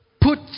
put